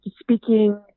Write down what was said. speaking